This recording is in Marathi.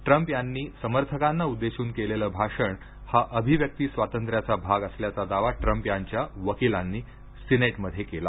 ट्रम्प यांनी समर्थकांना उद्देशून केलेलं भाषण हा अभिव्यक्ती स्वातंत्र्याचा भाग असल्याचा दावा ट्रम्प यांच्या वकिलांनी सिनेटमध्ये केला